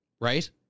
right